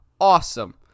awesome